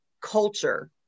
culture